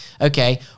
Okay